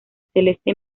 celeste